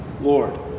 Lord